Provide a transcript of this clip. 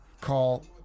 call